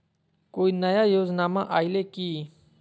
कोइ नया योजनामा आइले की?